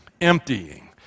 emptying